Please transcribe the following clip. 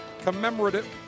commemorative